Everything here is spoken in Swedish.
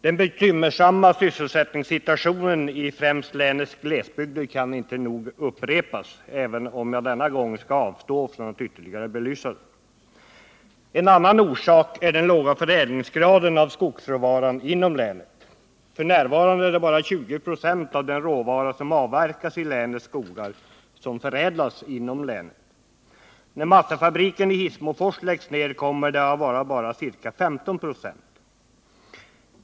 Den bekymmersamma sysselsättningssituationen i främst länets glesbygder kan inte nog ofta understrykas, även om jag denna gång skall avstå från att ytterligare belysa den. En annan orsak är den låga förädlingsgraden på skogsråvaran inom länet. F. n. är det bara ca 20 96 av den råvara som avverkas i länets skogar som förädlas inom länet. När massafabriken i Hissmofors läggs ner kommer det att vara bara ca 15 96.